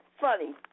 funny